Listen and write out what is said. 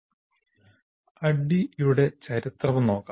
ADDIE യുടെ ചരിത്രം നോക്കാം